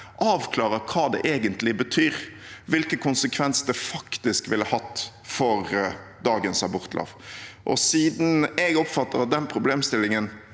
avklarer hva det egentlig betyr – hvilken konsekvens det faktisk ville hatt for dagens abortlov. Siden jeg oppfatter at den problemstillingen